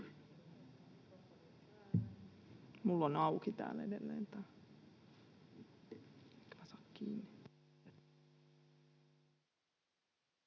Kiitos,